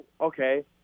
Okay